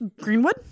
Greenwood